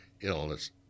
illness